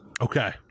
Okay